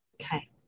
Okay